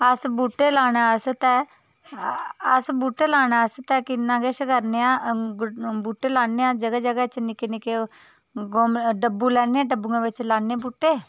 अस बूह्टे लाने आस्तै अस बूह्टे लाने आस्तै किन्ना किश करने आं बूह्टे लान्ने आं जगह् जगह् च निक्के निक्के ओह् गोम डब्बू लैन्ने आं डब्बुएं बिच्च लान्ने बूह्टे